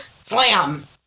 Slam